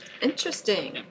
Interesting